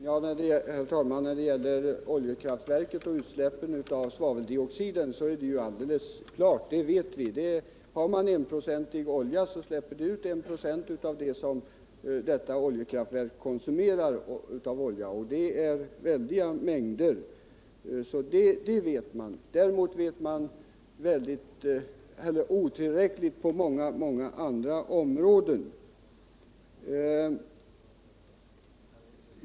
Herr talman! När det gäller oljekraftverket och utsläppen av svaveldioxid är det alldeles klart — vi vet att om man har 1-procentig olja så släpps det ut 1 96 av den olja som oljekraftverket konsumerar, och det är väldiga mängder. Däremot vet man otillräckligt på många andra områden.